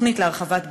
התוכנית להרחבת בז"ן,